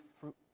fruit